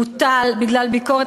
בוטל בגלל ביקורת,